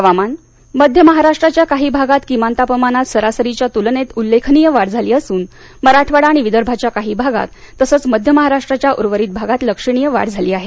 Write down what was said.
हवामान मध्य महाराष्ट्राच्या काही भागात किमान तापमानात सरासरीच्या तूलनेत उल्लेखनीय वाढ झाली असून मराठवाडा आणि विदर्भाच्या काही भागात तसंच मध्य महाराष्ट्राच्या उर्वरित भागात लक्षणीय वाढ झाली आहे